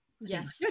Yes